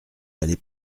aller